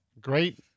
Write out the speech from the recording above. Great